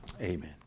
Amen